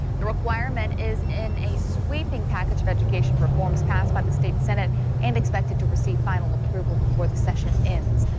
the requirement is in a sweeping package of education reforms passed by the state senate and expected to receive final approval before the session ends.